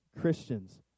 Christians